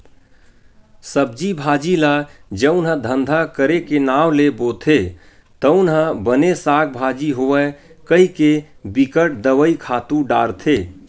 सब्जी भाजी ल जउन ह धंधा करे के नांव ले बोथे तउन ह बने साग भाजी होवय कहिके बिकट दवई, खातू डारथे